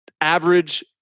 average